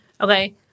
Okay